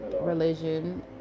religion